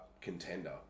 contender